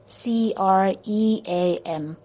cream